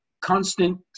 constant